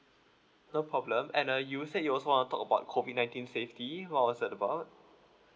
no problem and uh you'd said you also wanna talk about COVID nineteen safety what was that about